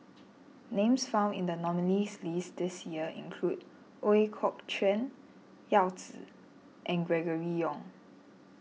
names found in the nominees list this year include Ooi Kok Chuen Yao Zi and Gregory Yong